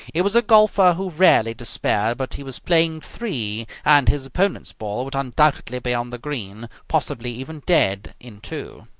he was a golfer who rarely despaired, but he was playing three, and his opponents' ball would undoubtedly be on the green, possibly even dead, in two.